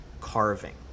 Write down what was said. carving